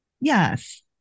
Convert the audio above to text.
Yes